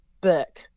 book